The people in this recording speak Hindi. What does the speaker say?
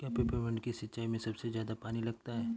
क्या पेपरमिंट की सिंचाई में सबसे ज्यादा पानी लगता है?